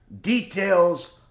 details